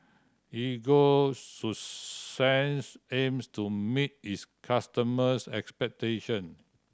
Ego Sunsense aims to meet its customers' expectations